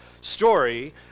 story